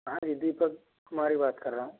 हाँ जी दीपक कुमार ही बात कर रहा हूँ